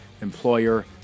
employer